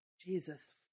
jesus